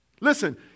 Listen